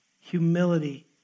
humility